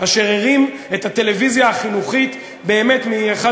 אשר הרים את הטלוויזיה החינוכית באמת מאחת